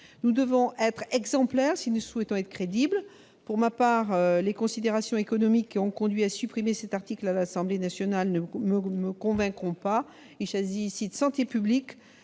Nous devons être exemplaires si nous voulons être crédibles. Les considérations économiques qui ont conduit à la suppression de cet article à l'Assemblée nationale ne me convainquent pas. Il s'agit ici de santé publique